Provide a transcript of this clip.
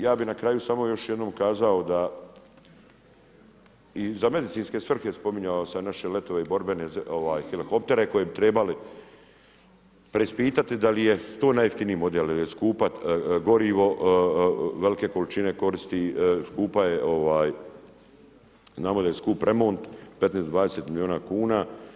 Ja bih na kraju samo još jednom kazao da i za medicinske svrhe spominjao sam naše letove i borbene helikoptere koje bi trebali preispitati da li je to najjeftiniji model jer je skupo gorivo, velike količine koristi, skupa je, znamo da je skup remont, 15-20 miliona kuna.